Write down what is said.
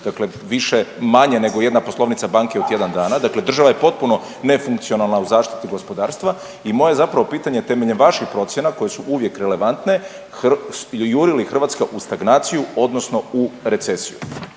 dakle više-manje nego jedna poslovnica banke u tjedan dana, dakle država je potpuno nefunkcionalna u zaštiti gospodarstva i moje je zapravo pitanje temeljem vaših procjena koje su uvijek relevantne, juri li Hrvatska u stagnaciju odnosno u recesiju?